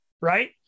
right